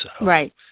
Right